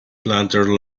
planter